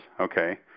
okay